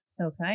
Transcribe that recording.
okay